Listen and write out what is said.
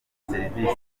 serivisi